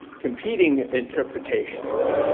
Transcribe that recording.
competing interpretations,